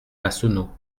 massonneau